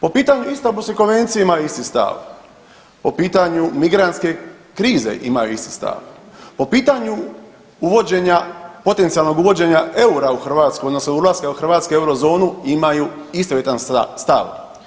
Po pitanju Istambulske konvencije imaju isti stav, po pitanju migrantske krize imaju isti stav, po pitanju uvođenja, potencijalnog uvođenja EUR-a u Hrvatsku odnosno ulaska Hrvatske u eurozonu imaju istovjetan stav.